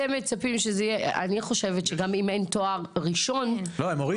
אני חושבת שגם אם אין תואר ראשון --- הורידו,